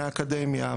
מהאקדמיה,